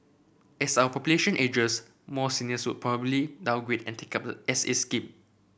as our population ages more seniors would probably downgrade and take up the S A scheme